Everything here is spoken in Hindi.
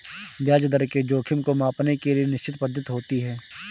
ब्याज दर के जोखिम को मांपने के लिए निश्चित पद्धति होती है